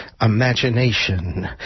imagination